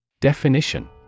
Definition